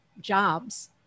jobs